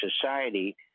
society